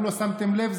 אם לא שמתם לב,